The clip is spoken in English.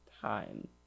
time